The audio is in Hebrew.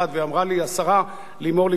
ואמרה לי השרה לימור לבנת,